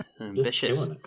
ambitious